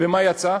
ומה יצא?